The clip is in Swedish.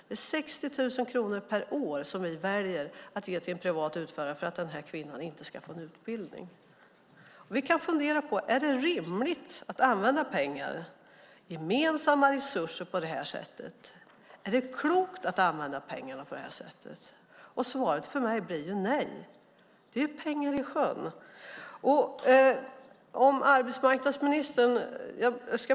Det är 60 000 kronor per år som vi väljer att ge till en privat utförare för att denna kvinna inte ska få en utbildning. Vi kan fundera på om det är rimligt att använda pengar, gemensamma resurser, på detta sätt. Är det klokt att använda pengarna på detta sätt? Mitt svar blir nej. Det är pengar i sjön. Jag ska ställa en fråga.